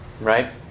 Right